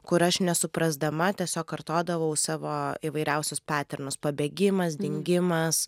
kur aš nesuprasdama tiesiog kartodavau savo įvairiausius peternus pabėgimas dingimas